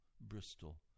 Bristol